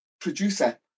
producer